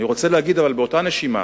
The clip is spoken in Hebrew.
אבל אני רוצה להגיד באותה נשימה,